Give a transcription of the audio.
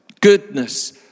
goodness